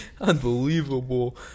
Unbelievable